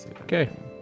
Okay